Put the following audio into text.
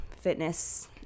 fitness